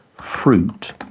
fruit